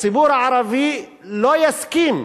הציבור הערבי לא יסכים,